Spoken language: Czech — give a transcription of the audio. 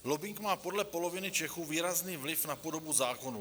Lobbing má podle poloviny Čechů výrazný vliv na podobu zákonů.